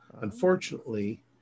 Unfortunately